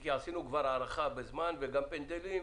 כי עשינו כבר הארכה בזמן וגם פנדלים,